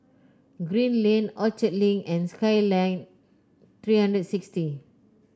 Green Lane Orchard Link and Skyline Three hundred and sixty